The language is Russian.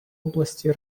области